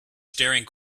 staring